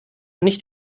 nicht